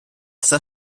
все